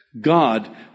God